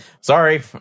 Sorry